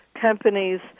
companies